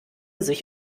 sich